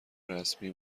رسمی